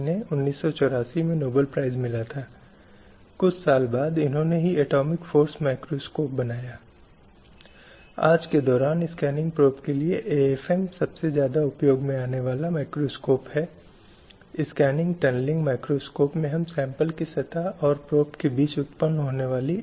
लेकिन यह तथ्य कि लंबे समय से महिलाएँ इनसे वंचित थीं यह आवश्यक बनाता है कि एक विशेष उल्लेख होना चाहिए और विशेष उल्लेख राज्य दलों को यह दायित्व सुनिश्चित करने के लिए कि इस प्रक्रिया में आवश्यक परिवर्तन लाया जाए जिससे महिलाओं को संपूर्ण राजनीतिक प्रक्रिया का हिस्सा बनाया जाता है और हम इससे छूटे नहीं हैं